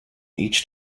each